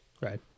Right